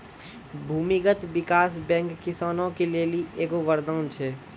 भूमी विकास बैंक किसानो के लेली एगो वरदान छै